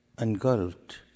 engulfed